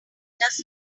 does